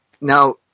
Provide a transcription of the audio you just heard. now